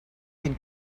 can